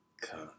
Come